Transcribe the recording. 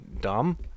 dumb